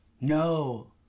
No